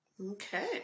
Okay